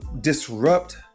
disrupt